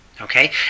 okay